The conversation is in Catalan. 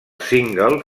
single